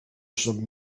some